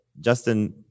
Justin